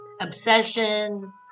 obsession